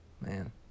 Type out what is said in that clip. Man